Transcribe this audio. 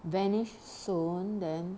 vanish soon then